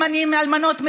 אלמנים ואלמנות,